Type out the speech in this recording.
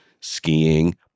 skiing